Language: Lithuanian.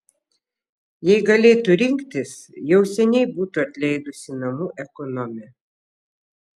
jei galėtų rinktis jau seniai būtų atleidusi namų ekonomę